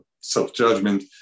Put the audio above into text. self-judgment